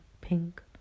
pink